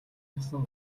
авсан